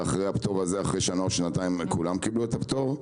ואחרי שנה או שנתיים אחרינו כולם קיבלו הפטור,